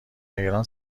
ایران